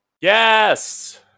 Yes